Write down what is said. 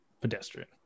pedestrian